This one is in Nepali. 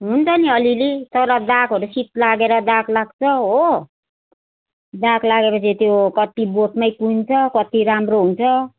हुन्छ नि अलिअलि तर दागहरू शीत लागेर दाग लाग्छ हो दाग लागेपछि त्यो कति बोटमै कुहिन्छ कति राम्रो हुन्छ